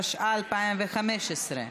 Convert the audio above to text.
התשע"ה 2015,